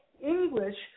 English